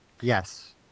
Yes